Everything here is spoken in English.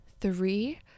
three